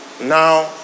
now